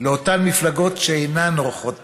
לאותן מפלגות שאינן עורכות פריימריז,